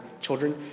children